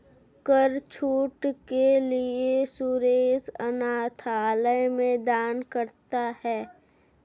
कर छूट के लिए सुरेश अनाथालय में दान करता है